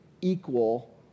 equal